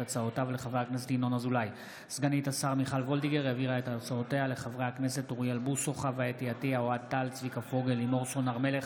הצעת חוק השמירה על המקומות הקדושים (תיקון,